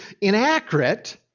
inaccurate